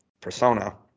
persona